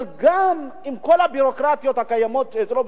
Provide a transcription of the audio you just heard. אבל גם עם כל הביורוקרטיות הקיימות אצלו,